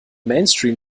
mainstream